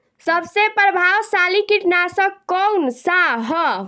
सबसे प्रभावशाली कीटनाशक कउन सा ह?